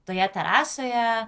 toje terasoje